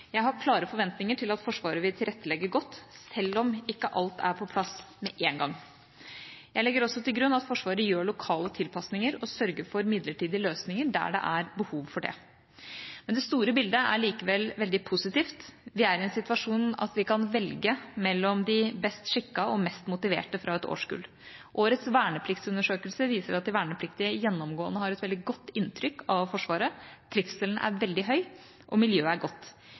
Jeg har klare forventninger til at Forsvaret vil tilrettelegge godt, selv om ikke alt er på plass med en gang. Jeg legger også til grunn at Forsvaret gjør lokale tilpasninger og sørger for midlertidige løsninger der det er behov for det. Men det store bildet er likevel veldig positivt. Vi er i en situasjon der vi kan velge mellom de best skikkede og mest motiverte fra et årskull. Årets vernepliktsundersøkelse viser at de vernepliktige gjennomgående har et veldig godt inntrykk av Forsvaret. Trivselen er veldig høy, og miljøet er godt.